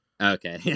Okay